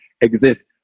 exist